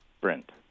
Brent